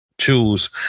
choose